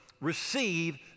receive